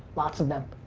lots of them.